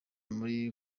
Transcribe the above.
muri